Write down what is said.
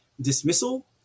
dismissal